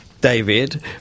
David